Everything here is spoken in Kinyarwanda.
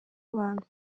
abantu